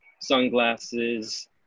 sunglasses